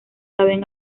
saben